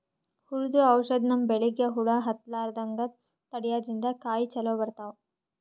ಹುಳ್ದು ಔಷಧ್ ನಮ್ಮ್ ಬೆಳಿಗ್ ಹುಳಾ ಹತ್ತಲ್ಲ್ರದಂಗ್ ತಡ್ಯಾದ್ರಿನ್ದ ಕಾಯಿ ಚೊಲೋ ಬರ್ತಾವ್